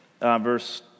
Verse